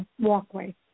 walkway